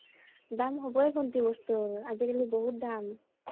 দাম হ'বই ভণ্টী বস্তুৰ আজিকালি বহুত দাম